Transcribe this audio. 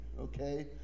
Okay